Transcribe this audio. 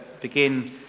begin